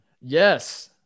yes